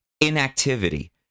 inactivity